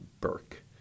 Burke